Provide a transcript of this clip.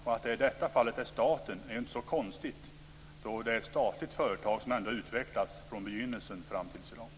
Att det i det här fallet är staten är inte så konstigt. Det är ju som ett statligt företag som företaget utvecklats från begynnelsen och fram till i dag.